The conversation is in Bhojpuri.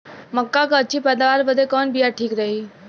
मक्का क अच्छी पैदावार बदे कवन बिया ठीक रही?